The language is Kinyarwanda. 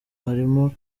harimo